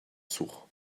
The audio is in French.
sourds